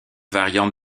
variante